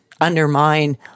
undermine